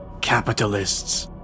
Capitalists